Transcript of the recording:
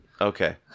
Okay